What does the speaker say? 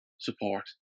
support